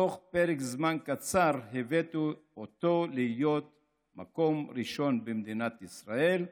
תוך פרק זמן קצר הבאתי אותו להיות מקום ראשון במדינת ישראל,